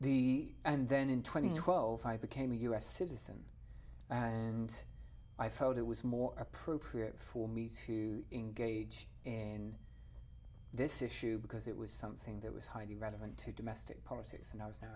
the and then in twenty twelve i became a u s citizen and i felt it was more appropriate for me to engage in this issue because it was something that was highly relevant to domestic politics and i was now